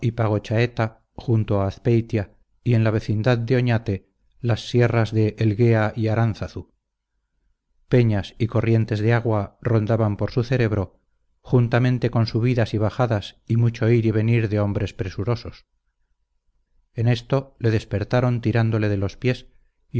y pagochaeta junto a azpeitia y en la vecindad de oñate las sierras de elguea y aránzazu peñas y corrientes de agua rondaban por su cerebro juntamente con subidas y bajadas y mucho ir y venir de hombres presurosos en esto le despertaron tirándole de los pies